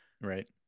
Right